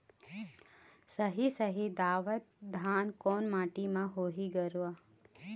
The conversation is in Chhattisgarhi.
साही शाही दावत धान कोन माटी म होही गरवा?